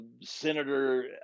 Senator